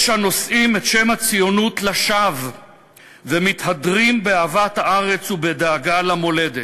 יש הנושאים את שם הציונות לשווא ומתהדרים באהבת הארץ ובדאגה למולדת.